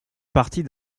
partie